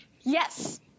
yes